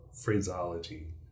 phraseology